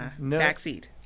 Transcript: backseat